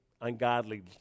ungodly